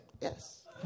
Yes